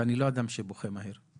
ואני לא אדם שבוכה מהר.